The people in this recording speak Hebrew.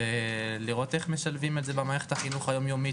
ואיך משלבים את זה במערכת היום יומית.